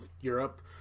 europe